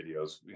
videos